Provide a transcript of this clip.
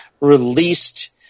released –